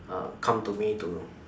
uh come to me to